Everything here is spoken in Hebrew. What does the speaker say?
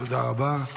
תודה רבה.